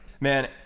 Man